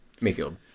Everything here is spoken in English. Mayfield